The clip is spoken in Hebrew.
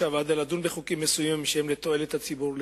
הוועדות לדון בחוקים מסוימים שהם לתועלת הציבור,